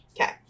Okay